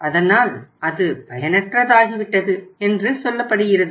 அதனால் அது பயனற்றதாகிவிட்டது என்று சொல்லப்படுகிறது